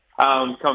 come